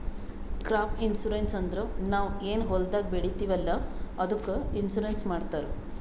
crop insurance ಅಂದುರ್ ನಾವ್ ಏನ್ ಹೊಲ್ದಾಗ್ ಬೆಳಿತೀವಿ ಅಲ್ಲಾ ಅದ್ದುಕ್ ಇನ್ಸೂರೆನ್ಸ್ ಮಾಡ್ತಾರ್